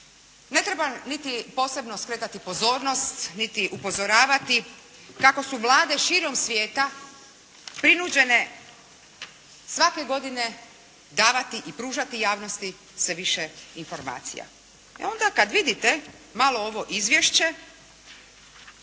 Ne treba niti posebno skretati pozornost niti upozoravati kako su Vlade širom svijeta prinuđene svake godine davati i pružati javnosti sve više informacija. E onda kad vidite malo ovo izvješće